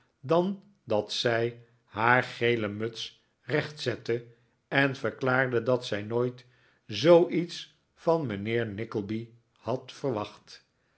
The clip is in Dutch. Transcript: dan dat zij haar gele muts recht zette en verklaarde dat zij nooit zooiets van mijnheer nickleby had verwacht